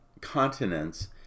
continents